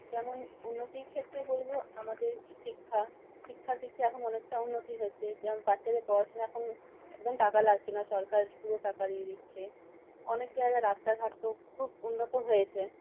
যেমন উন্নতির ক্ষেত্রে বলব আমাদের শিক্ষা শিক্ষার দিকে এখন অনেকটা উন্নতি হয়েছে যেমন বাচ্চাদের পড়াশোনা এখন একদম টাকা লাগছে না সরকার পুরো টাকা দিয়ে দিচ্ছে অনেক জায়গায় রাস্তাঘাটও খুব উন্নত হয়েছে